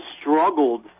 struggled